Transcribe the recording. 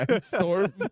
Storm